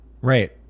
right